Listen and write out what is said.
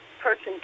person